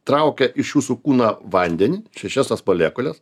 traukia iš jūsų kūno vandenį šešias tas molekules